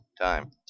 Time